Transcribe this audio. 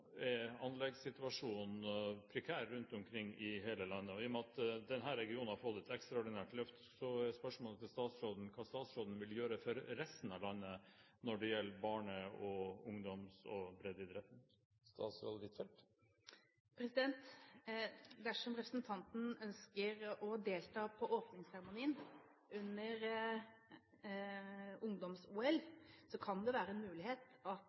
anleggssituasjonen prekær rundt omkring i hele landet. I og med at denne regionen har fått et ekstraordinært løft, er spørsmålet til statsråden: Hva vil statsråden gjøre for resten av landet når det gjelder barne-, ungdoms- og breddeidretten? Dersom representanten ønsker å delta på åpningsseremonien under ungdoms-OL, kan det være en mulighet for at